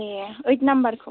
ए ओइट नाम्बारखौ